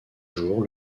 jours